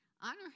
Honor